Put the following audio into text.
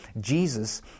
Jesus